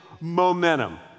momentum